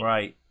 Right